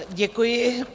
Děkuji.